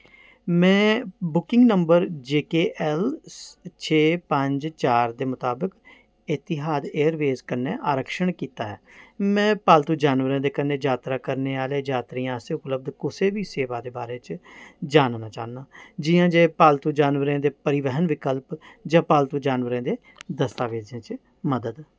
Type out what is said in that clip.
में booking number जे के ऐल्ल छे पंज चार दे मताबक एतिहाद एयरवेज कन्नै आरक्षण कीता ऐ में पालतू जानवरें दे कन्नै जातरा करने आह्ले यात्रियें आस्तै उपलब्ध कुसै बी सेवा दे बारे च जानना चाह्न्नां जि'यां जे पालतू जानवरें दे परिवहन विकल्प जां पालतू जानवरें दे दस्तावेजें च मदद